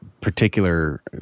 particular